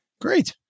Great